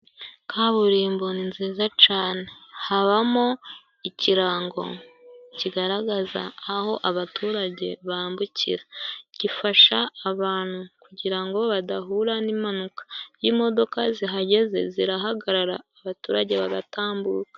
Kaburimbo ni nziza cane. Habamo ikirango kigaragaza aho abaturage bambukira. Gifasha abantu kugira ngo badahura n'impanuka. Iyo imodoka zihageze, zirahagarara abaturage bagatambuka.